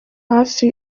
hafi